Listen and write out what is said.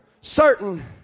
certain